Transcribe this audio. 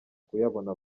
kuyabona